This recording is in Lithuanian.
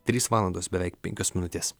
trys valandos beveik penkios minutės